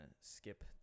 skip